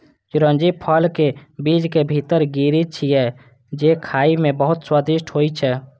चिरौंजी फलक बीज के भीतर गिरी छियै, जे खाइ मे बहुत स्वादिष्ट होइ छै